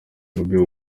bobi